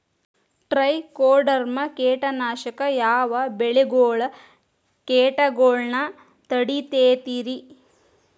Trichoderma ಕೇಟನಾಶಕ ಯಾವ ಬೆಳಿಗೊಳ ಕೇಟಗೊಳ್ನ ತಡಿತೇತಿರಿ?